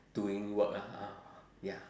doing work lah ah ya